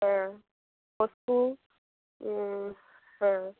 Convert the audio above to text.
হ্যাঁ কোচু হ্যাঁ